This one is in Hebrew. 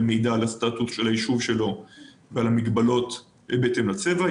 מידע על הסטטוס של היישוב שלו ועל המגבלות בהתאם לצבע.